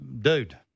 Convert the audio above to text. dude